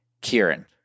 Kieran